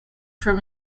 from